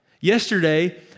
Yesterday